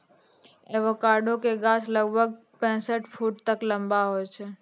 avocado के गाछ लगभग पैंसठ फुट तक लंबा हुवै छै